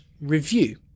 review